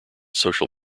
social